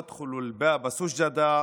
ואכלו מפרייה בשפע מכל אשר תרצו,